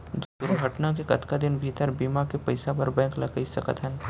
दुर्घटना के कतका दिन भीतर बीमा के पइसा बर बैंक ल कई सकथन?